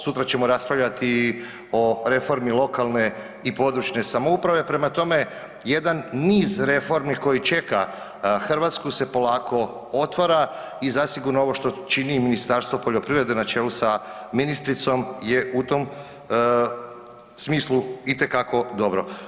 Sutra ćemo raspravljati o reformi lokalne i područne samouprave, prema tome jedan niz reformi koji čeka Hrvatsku se polako otvara i zasigurno ovo što čini Ministarstvo poljoprivrede na čelu sa ministricom je u tom smislu itekako dobro.